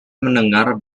mendengar